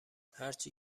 هرچی